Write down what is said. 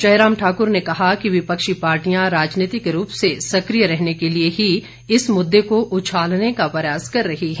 जयराम ने कहा है विपक्षी पार्टियां राजनीतिक रूप से सकिय रहने के लिए ही इस मुददे को उछालने का प्रयास कर रही है